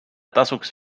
tasuks